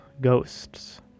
ghosts